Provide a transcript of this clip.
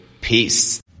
Peace